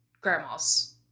Grandma's